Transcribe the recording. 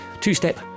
two-step